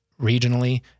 regionally